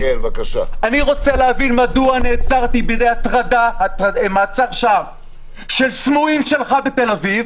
אני רוצה להבין מדוע נעצרתי מעצר שווא של סמויים שלך בתל אביב,